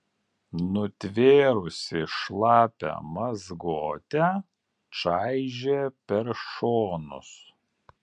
nutvėrusi šlapią mazgotę čaižė per šonus